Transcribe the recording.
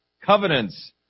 covenants